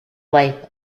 life